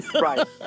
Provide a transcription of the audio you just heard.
Right